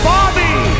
Bobby